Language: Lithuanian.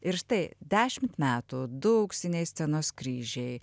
ir štai dešimt metų du auksiniai scenos kryžiai